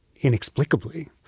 inexplicably